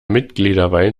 mitgliederwein